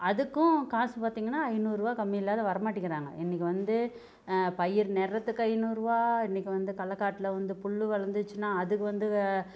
அதுக்கும் காசு பார்த்திங்கன்னா ஐநூறுரூவா கம்மி இல்லாத வர மாட்டேங்கிறாங்க இன்னைக்கு வந்து பயிர் நடுரத்துக்கு ஐநூறுரூவா இன்னைக்கு வந்து கல்லை காட்டில் வந்து புல் வளர்ந்துச்சுனா அதுக்கு வந்து